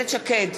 איילת שקד,